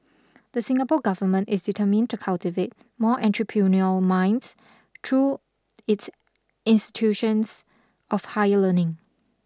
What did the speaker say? the Singapore government is determined to cultivate more entrepreneurial minds through its institutions of higher learning